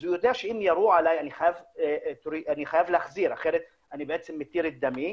אז הוא יודע שאם יורים עליו הוא חייב להחזיר אחרת הוא בעצם מתיר את דמו,